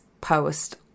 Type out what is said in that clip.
post